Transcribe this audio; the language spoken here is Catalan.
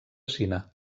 cine